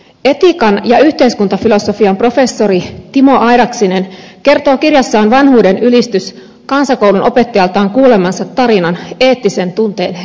etiikan ja yhteiskuntafilosofian professori timo airaksinen kertoo kirjassaan vanhuuden ylistys kansakoulunopettajaltaan kuulemansa tarinan eettisen tunteen heräämisestä